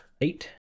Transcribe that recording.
eight